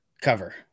cover